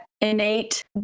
innate